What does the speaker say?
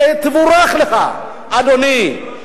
שתבורך לך, אדוני.